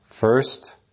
First